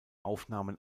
aufnahmen